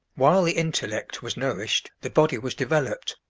while the intellect was nourished, the body was developed,